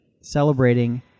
celebrating